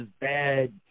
bad